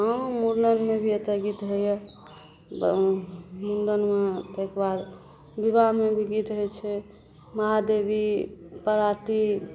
हाँ मूड़नमे भी एतए गीत होइए मुण्डनमे ताहिके बाद विवाहमे भी गीत होइ छै महादेवी पराती